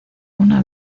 una